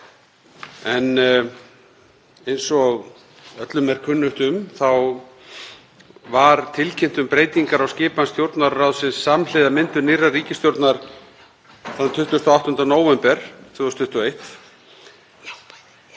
Eins og öllum er kunnugt um þá var tilkynnt um breytingar á skipan Stjórnarráðsins samhliða myndun nýrrar ríkisstjórnar þann 28. nóvember 2021 og að